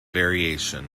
variation